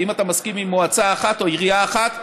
ואם אתה מסכים עם מועצה אחת או עירייה אחת,